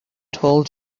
tall